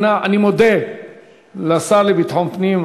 אני מודה לשר לביטחון פנים,